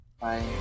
Bye